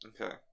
okay